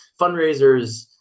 fundraisers